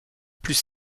plus